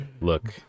look